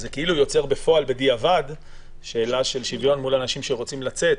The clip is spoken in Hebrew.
זה כאילו יוצר בפועל בדיעבד שאלה של שוויון מול אנשים שרוצים לצאת,